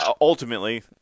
ultimately